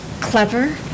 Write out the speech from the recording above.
clever